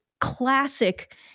classic